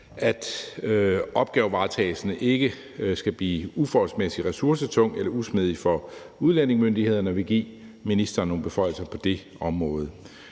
at opgavevaretagelsen ikke skal blive uforholdsmæssig ressourcetung eller usmidig for udlændingemyndighederne ved at give ministeren nogle beføjelser på det område.